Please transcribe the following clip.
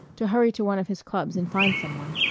to hurry to one of his clubs and find some one.